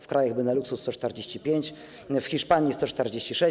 W krajach Beneluksu - 145, W Hiszpanii - 146.